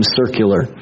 circular